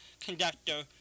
conductor